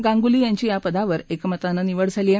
गांगुली यांची या पदावर एकमतानं निवड झाली आहे